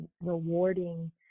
rewarding